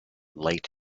light